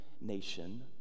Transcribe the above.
nation